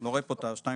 לא רואה פה את ה-2.75.